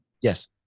Yes